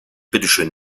bitteschön